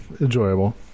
enjoyable